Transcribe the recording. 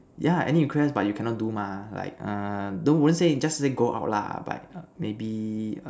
yeah any request but you cannot do mah like uh don't won't say just say go out lah but uh maybe